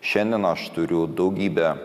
šiandien aš turiu daugybę